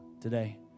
today